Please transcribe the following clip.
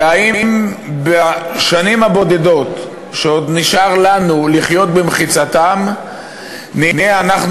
האם בשנים הבודדות שעוד נשאר לנו לחיות במחיצתם נהיה אנחנו